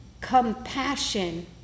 compassion